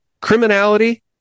Criminality